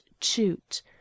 chute